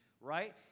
Right